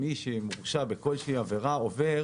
מי שמורשע בעבירה עובר